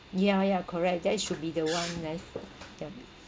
ya ya correct that should be the one nice um